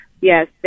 yes